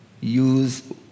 use